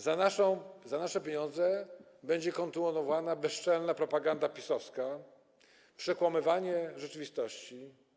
Za nasze pieniądze będzie kontynuowana bezczelna propaganda PiS-owska, przekłamywanie rzeczywistości.